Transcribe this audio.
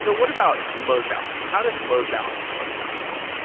so what about load balancing. how does load balancing work in envoy?